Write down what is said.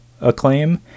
acclaim